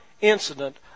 incident